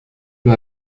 peu